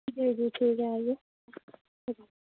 جی جی ٹھیک ہے آئیے ٹھیک